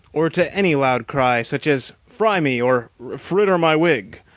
or to any loud cry, such as fry me! or fritter my wig!